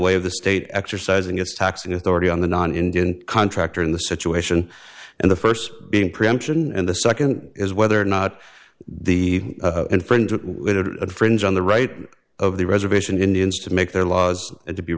way of the state exercising its taxing authority on the non indian contractor in the situation and the first being preemption and the second is whether or not the unfriend to infringe on the right of the reservation indians to make their laws and to be